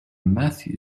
matthew